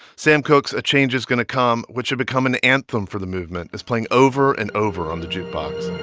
sam cooke's a change is gonna come, which had become an anthem for the movement, is playing over and over on the jukebox